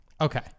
Okay